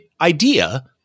idea